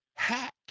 Hack